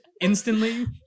instantly